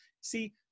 See